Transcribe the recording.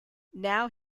now